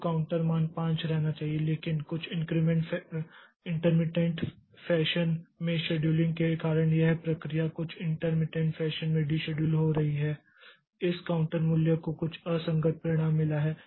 तो काउंटर मान 5 पर रहना चाहिए लेकिन कुछ इंटरमिटएंट फैशन में शेड्यूलिंग के कारण यह प्रक्रिया कुछ इंटरमिटएंट फैशन में डीशेड्यूल हो रही है इस काउंटर मूल्य को कुछ असंगत परिणाम मिला है